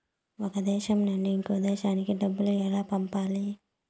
ఒక దేశం నుంచి ఇంకొక దేశానికి డబ్బులు ఎలా పంపాలి?